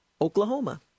Oklahoma